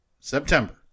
September